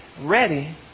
ready